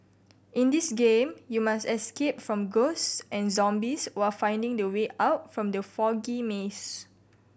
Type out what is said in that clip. in this game you must escape from ghost and zombies while finding the way out from the foggy maze